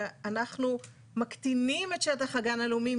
ואנחנו מקטינים את שטח הגן הלאומי,